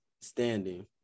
standing